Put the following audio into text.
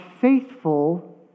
faithful